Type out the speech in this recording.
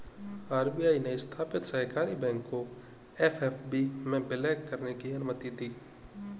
RBI ने स्थापित सहकारी बैंक को एस.एफ.बी में विलय करने की अनुमति दी